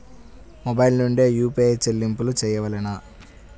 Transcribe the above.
Mobile నుండే UPI చెల్లింపులు చేయవలెనా?